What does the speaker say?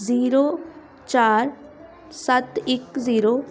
zero ਚਾਰ ਸੱਤ ਇੱਕ ਜ਼ੀਰੋ